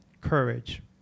Courage